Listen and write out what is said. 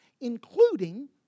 Including